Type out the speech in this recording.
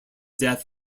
death